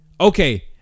Okay